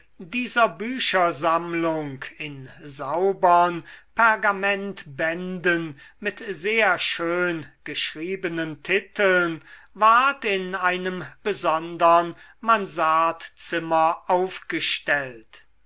dieser büchersammlung in saubern pergamentbänden mit sehr schön geschriebenen titeln ward in einem besondern mansardzimmer aufgestellt